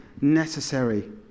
necessary